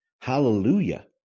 Hallelujah